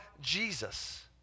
Jesus